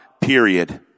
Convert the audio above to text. Period